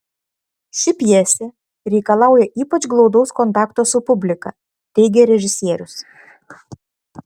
ši pjesė reikalauja ypač glaudaus kontakto su publika teigė režisierius